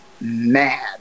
mad